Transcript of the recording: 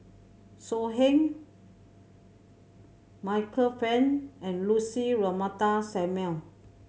So Heng Michael Fam and Lucy Ratnammah Samuel